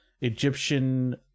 Egyptian